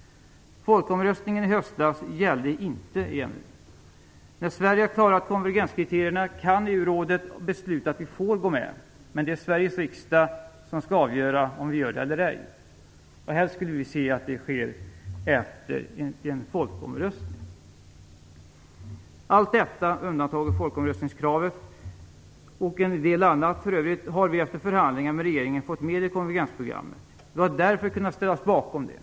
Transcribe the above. Folkomröstningen i höstas gällde inte EMU. När Sverige har klarat konvergenskriterierna kan EU-rådet besluta att vi får gå med, men det är Sveriges riksdag som skall avgöra om vi gör det eller ej. Helst skulle vi se att det sker efter en folkomröstning. Allt detta - med undantag av folkomröstningskravet och en del annat - har vi efter förhandlingar med regeringen fått med i konvergensprogrammet. Vi har därför kunnat ställa oss bakom det.